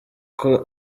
uko